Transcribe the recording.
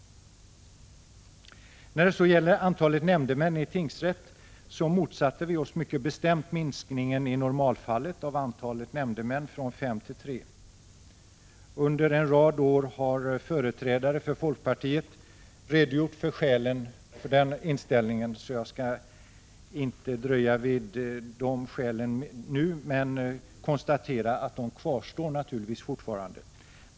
När det gäller antalet nämndemän i tingsrätt har vi mycket bestämt motsatt oss en minskning i normalfallet från fem till tre nämndemän. Under en rad år har företrädare för folkpartiet redogjort för skälen till denna vår inställning. Jag skall därför inte dröja vid dessa skäl nu. Jag konstaterar bara att de naturligtvis gäller fortfarande.